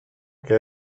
que